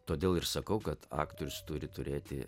todėl ir sakau kad aktorius turi turėti